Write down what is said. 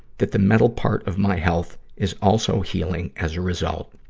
that the mental part of my health is also healing as a result.